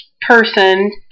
person